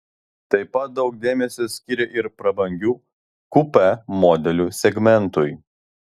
taip pat daug dėmesio skiria ir prabangių kupė modelių segmentui